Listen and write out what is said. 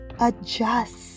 Adjust